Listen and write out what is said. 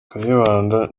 kayibanda